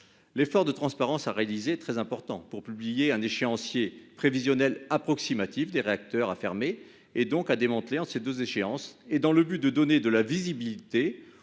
effort de transparence soit consenti afin de publier un échéancier prévisionnel approximatif des réacteurs à fermer, et donc à démanteler à ces deux échéances, dans le but de donner de la visibilité